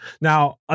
Now